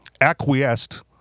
acquiesced